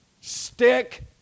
Stick